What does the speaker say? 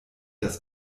das